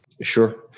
Sure